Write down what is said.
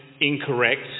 incorrect